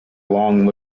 long